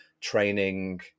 training